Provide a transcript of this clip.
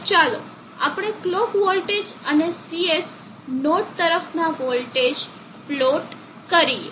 તો ચાલો આપણે કલોક વોલ્ટેજ અને Cs નોડ તરફના વોલ્ટેજ પ્લોટ કરીએ